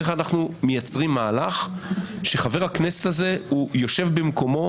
איך אנחנו מייצרים מהלך שחבר הכנסת הזה יושב במקומו,